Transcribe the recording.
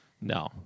No